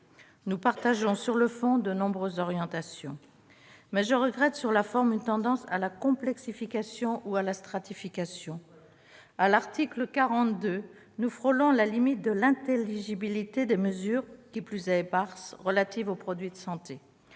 Nous partageons, sur le fond, de nombreuses orientations, mais je regrette, sur la forme, une tendance à la complexification ou à la stratification. C'est vrai ! À l'article 42, nous frôlons la limite de l'intelligibilité des mesures, qui plus est éparses, relatives aux produits de santé.